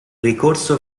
ricorso